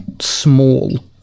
small